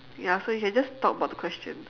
ya so you can just talk about the questions